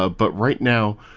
ah but right now,